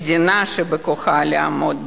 מדינה שבכוחה לעמוד בשער.